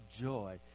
joy